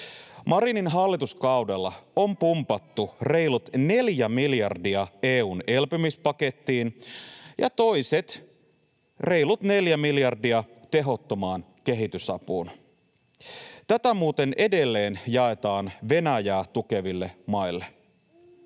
Marinin hallituskaudella on pumpattu reilut neljä miljardia EU:n elpymispakettiin ja toiset reilut neljä miljardia tehottomaan kehitysapuun — tätä muuten edelleen jaetaan Venäjää tukeville maille.